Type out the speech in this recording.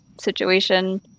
situation